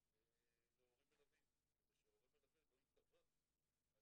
להורים מלווים כדי שהורה מלווה לא יתבע על